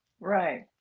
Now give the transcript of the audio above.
Right